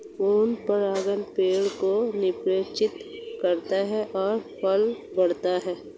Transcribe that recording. पूर्ण परागण पेड़ को निषेचित करता है और फल बढ़ता है